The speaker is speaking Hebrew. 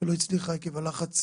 ולא הצליחה עקב הלחץ,